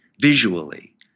visually